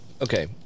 Okay